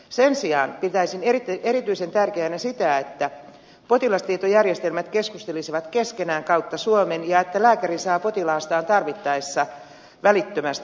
sen sijaan pitäisin erityisen tärkeänä sitä että potilastietojärjestelmät keskustelisivat keskenään kautta suomen ja että lääkäri saa potilaastaan tarvittaessa välittömästi tietoa